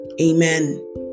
amen